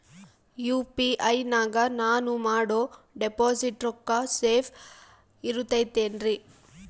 UPI ನಾಗ ನಾನು ಮಾಡೋ ಡಿಪಾಸಿಟ್ ರೊಕ್ಕ ಸೇಫ್ ಇರುತೈತೇನ್ರಿ?